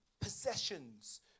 possessions